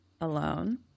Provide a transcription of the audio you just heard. alone